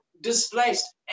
displaced